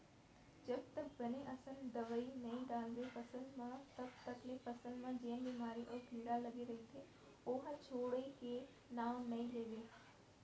जब तक बने असन दवई नइ डालबे फसल म तब तक ले फसल म जेन बेमारी अउ कीरा लगे रइथे ओहा छोड़े के नांव नइ लेवय